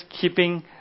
keeping